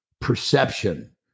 perception